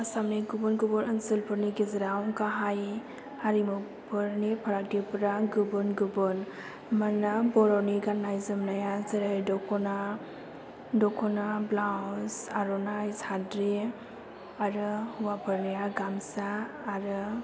आसामनि गुबुन गुबुन ओनसोलफोरनि गेजेराव गाहाय हारिमुफोरनि फारागथिफोरा गुबुन गुबुन मानोना बर'नि गाननाय जोमनाया जेरै दख'ना ब्लाउस आर'नाइ साद्रि आरो हौवाफोरनिया गामसा आरो